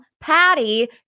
Patty